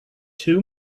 two